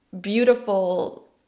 beautiful